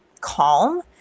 calm